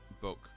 book